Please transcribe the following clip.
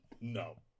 No